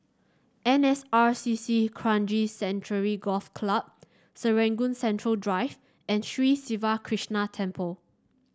N S R C C Kranji Sanctuary Golf Club Serangoon Central Drive and Sri Siva Krishna Temple